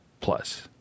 plus